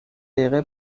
دقیقه